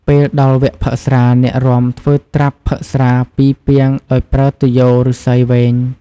ពេលដល់វត្គផឹកស្រា អ្នករាំធ្វើត្រាប់ផឹកស្រាពីពាងដោយប្រើទុយោឫស្សីវែង។